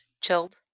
chilled